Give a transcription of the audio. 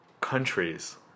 countries